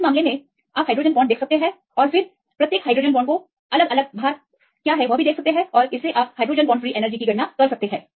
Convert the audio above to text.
तो इस मामले में आप हाइड्रोजन बांड देखते हैं और फिर प्रत्येक हाइड्रोजन बांड को अलग अलग भार देखते हैं और हाइड्रोजन बांड के कारण मुक्त ऊर्जा देखते हैं